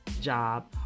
job